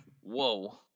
Whoa